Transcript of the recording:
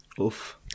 Oof